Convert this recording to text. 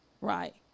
right